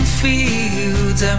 fields